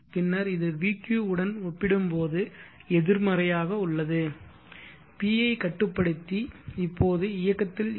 பின்னர் இது vq உடன் ஒப்பிடும்போது எதிர்மறையாக உள்ளது PI கட்டுப்படுத்தி இப்போது இயக்கத்தில் இருக்கும்